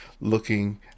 looking